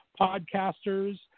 podcasters